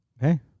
hey